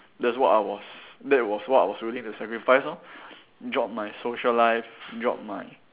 that's what I was that was what I was willing to sacrifice lor drop my social life drop my